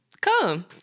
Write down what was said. come